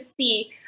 see